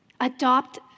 adopt